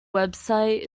website